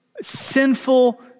sinful